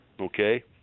Okay